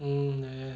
mm ya ya ya